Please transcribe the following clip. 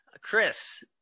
Chris